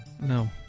No